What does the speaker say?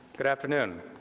good afternoon.